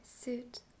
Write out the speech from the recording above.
suit